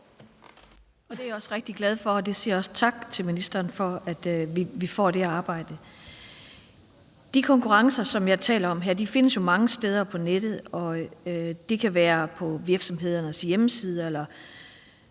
Det er jeg også rigtig glad for, og jeg siger også tak til ministeren for, at vi får det arbejde. De konkurrencer, som jeg taler om her, findes mange steder på nettet, og det kan være på virksomhedernes hjemmeside eller